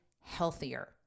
healthier